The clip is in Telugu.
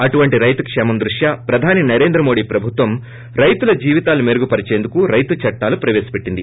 అటువంటి రైతు కేమం దృష్ణ్యో ప్రధాన మంత్రి నరేంద్ర మోదీ ప్రభుత్వం రైతుల జీవితాలను మెరుగుపరచేందుకే రైతు చట్లాలను ప్రవేశపట్టింది